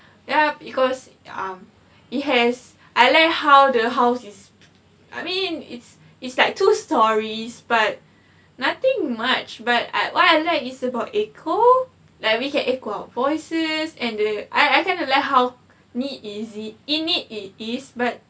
yup because ah it has I like how the house is I mean it's it's like two stories but nothing much but I why I like is about echo like we can echo our voices and err I I kinda like how neat is it neat it is